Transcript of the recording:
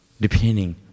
depending